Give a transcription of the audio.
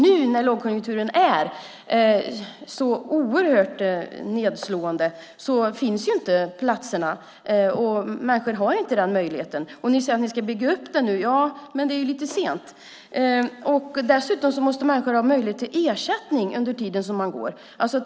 Nu när lågkonjunkturen är så oerhört nedslående finns inte platserna, och människorna har inte den möjligheten. Ni säger att ni ska bygga upp den nu. Ja, det är lite sent. Dessutom måste människor ha möjlighet till ersättning under tiden som de går utbildningen.